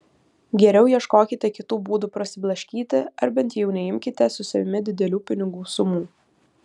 geriau ieškokite kitų būdų prasiblaškyti ar bent jau neimkite su savimi didelių pinigų sumų